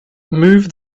move